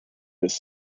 this